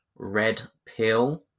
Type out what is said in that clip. REDPILL